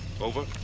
Over